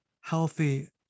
healthy